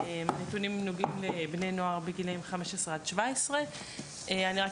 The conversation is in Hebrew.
הנתונים נוגעים לבני נוער בגילאי 15-17. אני רק